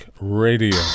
Radio